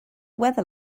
weather